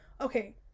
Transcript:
Okay